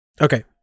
Okay